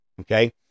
okay